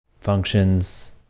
functions